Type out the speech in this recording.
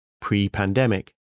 pre-pandemic